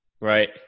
right